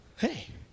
Hey